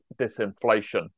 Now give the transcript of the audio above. disinflation